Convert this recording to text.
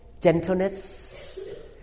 gentleness